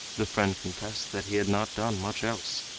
the friend confessed that he had not done much else.